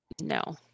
no